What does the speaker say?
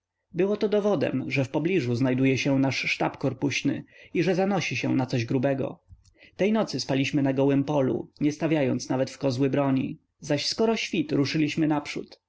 było to dowodem że w pobliżu znajduje się nasz sztab korpuśny i że zanosi się na coś grubego tej nocy spaliśmy na gołem polu nie stawiając nawet w kozły broni zaś skoro świt ruszyliśmy naprzód